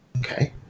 Okay